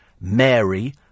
Mary